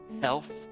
Health